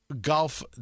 Golf